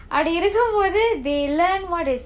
அப்படி இருக்கும் போது:appadi irukkum pothu they learn what is